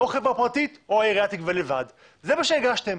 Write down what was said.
או חברה פרטית או העירייה תגבה לבד, זה מה שהגשתם.